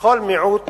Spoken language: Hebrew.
שלכל מיעוט